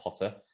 Potter